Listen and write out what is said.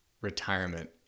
retirement